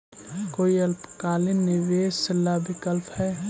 कोई अल्पकालिक निवेश ला विकल्प हई?